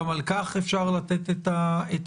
גם על כך אפשר לתת את הדעת.